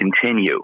continue